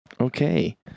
Okay